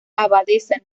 abadesa